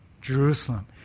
Jerusalem